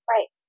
Right